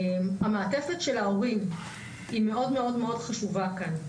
המעטפת של ההורים מאוד חשובה כאן.